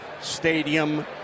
Stadium